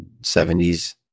70s